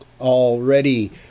Already